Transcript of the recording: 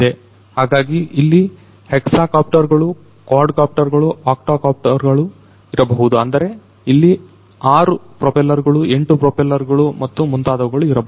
ಹಾಗಾಗಿ ಇಲ್ಲಿ ಹೆಕ್ಸಾಕಾಪ್ಟರ್ಗಳು ಕ್ವಾಡ್ ಕಾಪ್ಟರ್ ಗಳು ಆಕ್ಟ ಕಾಪ್ಟರ್ ಗಳು ಇರಬಹುದು ಅಂದರೆ ಇಲ್ಲಿ 6 ಪ್ರೊಪೆಲ್ಲರ್ ಗಳು 8 ಪ್ರೊಪೆಲ್ಲರ್ ಗಳು ಮತ್ತು ಮುಂತಾದವುಗಳು ಇರಬಹುದು